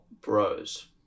bros